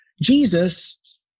Jesus